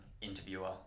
interviewer